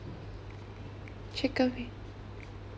chicken